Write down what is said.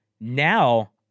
Now